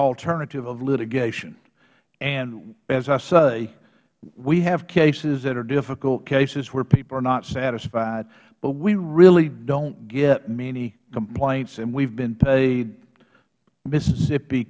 alternative of litigation and as i say we have cases that are difficult cases where people are not satisfied but we really don't get many complaints and we have been paid mississippi